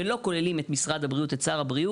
וגם,